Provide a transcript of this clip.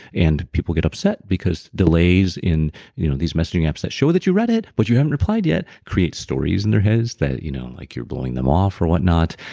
and people get upset because delays in you know these messaging apps that show that you read it but you haven't replied yet, create stories in their heads that you know like you're blowing them off or whatnot.